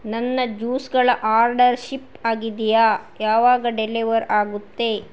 ನನ್ನ ಜ್ಯೂಸ್ಗಳ order ship ಆಗಿದೆಯಾ ಯಾವಾಗ ಡೆಲಿವರ್ ಆಗುತ್ತೆ